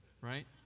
right